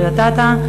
קריית-אתא,